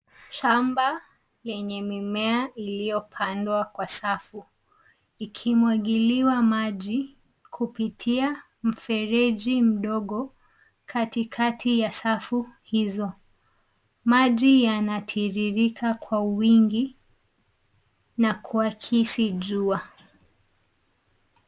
Shamba lenye mimea iliyopandwa kwa safu, ikimwagiliwa maji kupitia mfereji mdogo katikati ya safu hizo. Maji yanatiririka kwa wingi na kuakisi jua.